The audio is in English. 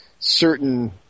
Certain